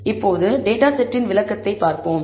இப்போது டேட்டா செட்டின் விளக்கத்தைப் பார்ப்போம்